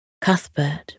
Cuthbert